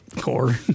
Core